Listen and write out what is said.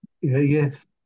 Yes